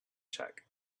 check